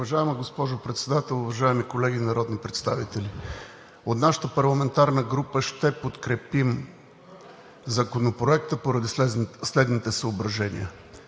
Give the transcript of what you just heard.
Уважаема госпожо Председател, уважаеми колеги народни представители! От нашата парламентарна група ще подкрепим Законопроекта поради следните съображения